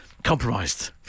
Compromised